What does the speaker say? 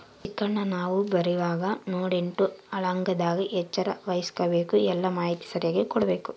ಚೆಕ್ಕನ್ನ ನಾವು ಬರೀವಾಗ ನೋಡ್ಯಂಡು ಹಾಳಾಗದಂಗ ಎಚ್ಚರ ವಹಿಸ್ಭಕು, ಎಲ್ಲಾ ಮಾಹಿತಿ ಸರಿಯಾಗಿ ಕೊಡ್ಬಕು